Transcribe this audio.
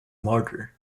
martyr